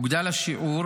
הוגדל השיעור